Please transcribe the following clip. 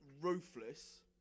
ruthless